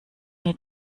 mir